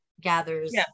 gathers